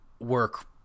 work